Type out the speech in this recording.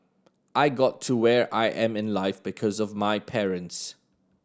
I got to where I am in life because of my parents